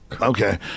Okay